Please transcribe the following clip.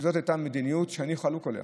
זאת הייתה מדיניות שאני חולק עליה.